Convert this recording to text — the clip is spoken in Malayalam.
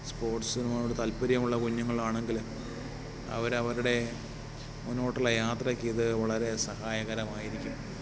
സ്പോർട്സിനോട് താല്പര്യമുള്ള കുഞ്ഞുങ്ങളാണെങ്കിൽ അവരവരുടെ മുന്നോട്ടുള്ള യാത്രയ്ക്കിതു വളരെ സഹായകരമായിരിക്കും